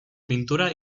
pintura